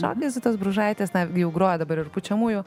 na be zitos bružaitės na jau groja dabar ir pučiamųjų